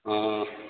হ্যাঁ